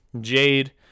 Jade